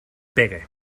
pegue